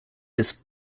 this